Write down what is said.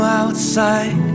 outside